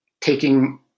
taking